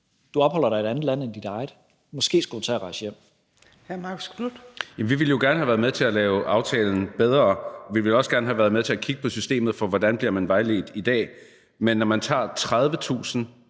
Torp): Hr. Marcus Knuth. Kl. 14:31 Marcus Knuth (KF): Jamen vi ville jo gerne have været med til at lave aftalen bedre, vi ville også gerne have været med til at kigge på systemet for, hvordan man bliver vejledt i dag. Men når man tager 30.000